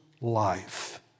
life